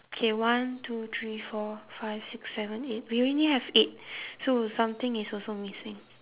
okay one two three four five six seven eight we only have eight so something is also missing